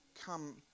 come